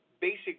basic